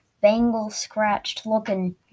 bangle-scratched-looking